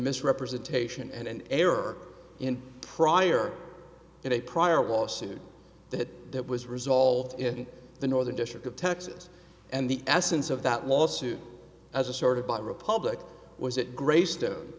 misrepresentation and an error in prior in a prior was sued that that was resolved in the northern district of texas and the essence of that lawsuit as a sort of bought republic was it greystone